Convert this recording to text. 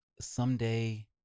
someday